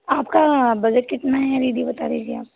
आपका बजट कितना है दीदी बता दीजिए आप